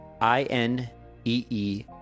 I-N-E-E